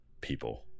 People